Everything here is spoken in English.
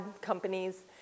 companies